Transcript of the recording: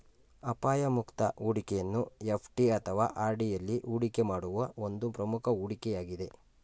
ಅಪಾಯ ಮುಕ್ತ ಹೂಡಿಕೆಯನ್ನು ಎಫ್.ಡಿ ಅಥವಾ ಆರ್.ಡಿ ಎಲ್ಲಿ ಹೂಡಿಕೆ ಮಾಡುವ ಒಂದು ಪ್ರಮುಖ ಹೂಡಿಕೆ ಯಾಗಿದೆ